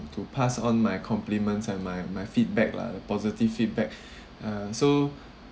to pass on my compliments and my my feedback lah positive feedback uh so